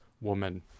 woman